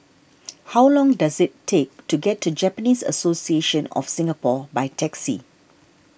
how long does it take to get to Japanese Association of Singapore by taxi